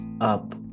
up